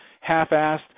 half-assed